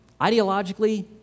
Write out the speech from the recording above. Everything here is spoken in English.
ideologically